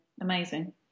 Amazing